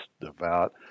devout